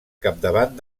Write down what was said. capdavant